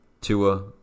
Tua